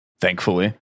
Thankfully